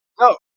No